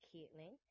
Caitlin